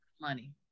money